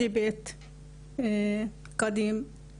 (עוברת לשפה העברית)